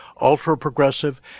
ultra-progressive